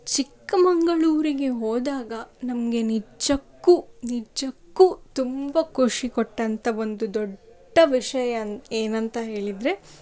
ಚಿಕ್ಕಮಗಳೂರಿಗೆ ಹೋದಾಗ ನಮಗೆ ನಿಜಕ್ಕು ನಿಜಕ್ಕು ತುಂಬ ಖುಷಿ ಕೊಟ್ಟಂಥ ಒಂದು ದೊಡ್ಡ ವಿಷಯ ಏನಂತ ಹೇಳಿದರೆ